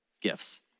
gifts